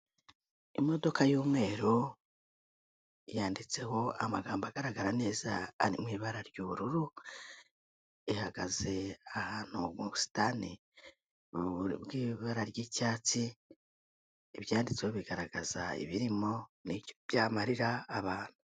Imodoka y'umweru, yanditseho amagambo agaragara neza ari mu ibara ry'ubururu, ihagaze ahantu mu busitani bw'ibara ry'icyatsi, ibyanditsweho bigaragaza ibirimo, n'icyo byamarira abantu.